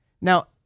now